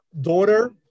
daughter